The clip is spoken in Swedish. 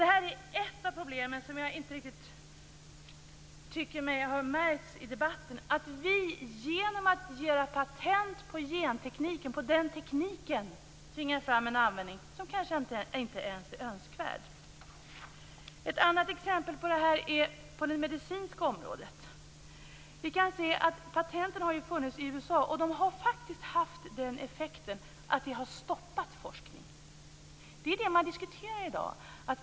Det här är ett av problemen som jag inte riktigt tycker har uppmärksammats i debatten. Genom patentering tvingar vi fram en genteknikanvändning som kanske inte ens är önskvärd. Ett annat exempel på detta kan jag ge på det medicinska området. Vi kan se att patent som har funnits i USA faktiskt haft den effekten att de har stoppat forskning. Det är det man diskuterar i dag.